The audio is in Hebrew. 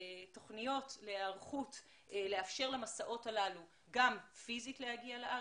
תכניות להיערכות לאפשר למסעות הללו גם פיזית להגיע לארץ,